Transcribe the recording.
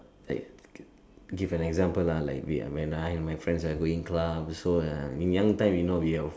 like give an example lah like when and my friends are going club so um in young time we know we